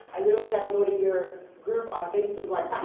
i literally had to go to your group on facebook like